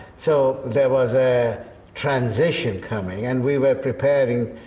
so there was a transition coming and we were preparing,